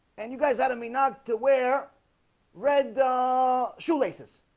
and you guys hadn't me not to wear red shoelaces